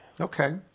Okay